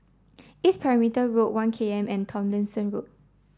East Perimeter Road One K M and Tomlinson Road